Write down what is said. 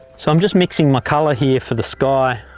so i'm just mixing my colour here for the sky.